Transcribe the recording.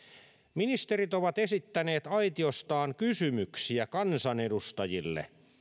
ministerit ovat esittäneet aitiostaan kysymyksiä kansanedustajille